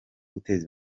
guteza